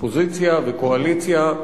אופוזיציה וקואליציה,